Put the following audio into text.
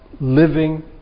living